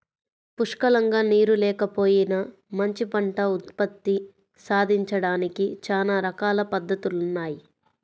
పుష్కలంగా నీరు లేకపోయినా మంచి పంట ఉత్పత్తి సాధించడానికి చానా రకాల పద్దతులున్నయ్